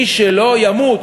מי שלא ימות,